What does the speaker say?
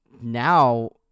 now